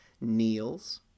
kneels